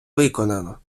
виконано